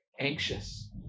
anxious